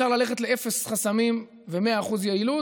אפשר ללכת לאפס חסמים ו-100% יעילות